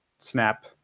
Snap